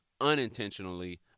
unintentionally